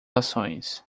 ações